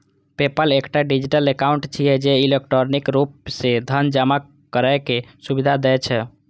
PayPal एकटा digital account छियै, जे इलेक्ट्रॉनिक रूप सं धन जमा करै के सुविधा दै छै